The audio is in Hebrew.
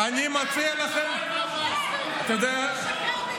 אתה יודע,